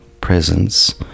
presence